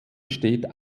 steht